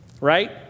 Right